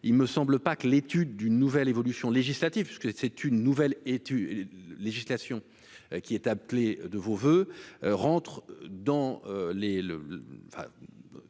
il me semble pas que l'étude d'une nouvelle évolution législative parce que c'est une nouvelle et tu es législation qui est appelé de vos voeux rentre dans les